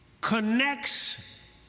connects